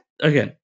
again